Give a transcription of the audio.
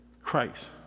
Christ